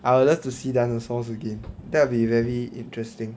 I would love to see dinosaurs again that will be very interesting